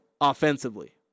offensively